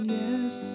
yes